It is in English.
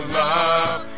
love